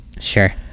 Sure